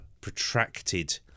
protracted